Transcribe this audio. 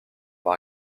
par